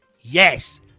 Yes